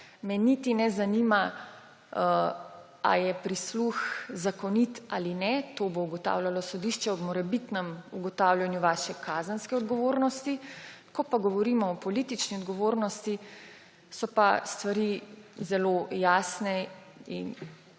me niti ne zanima, ali je prisluh zakonit ali ne, to bo ugotavljalo sodišče ob morebitnem ugotavljanju vaše kazenske odgovornosti. Ko govorimo o politični odgovornosti, so pa stvari zelo jasne.